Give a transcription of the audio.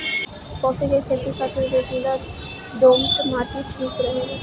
काफी के खेती खातिर रेतीला दोमट माटी ठीक रहेला